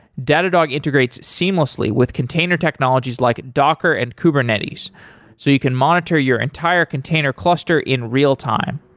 datadog integrates seamlessly with container technologies like docker and kubernetes so you can monitor your entire container cluster in real-time.